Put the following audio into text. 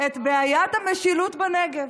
את בעיית המשילות בנגב,